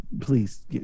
please